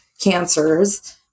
cancers